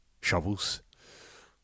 shovels